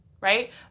right